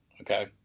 okay